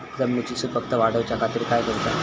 जमिनीची सुपीकता वाढवच्या खातीर काय करूचा?